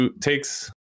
takes